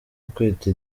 ukwita